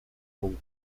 hong